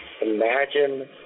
Imagine